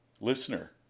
Listener